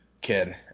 kid